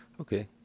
Okay